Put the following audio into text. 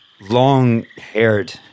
long-haired